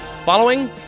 Following